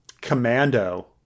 Commando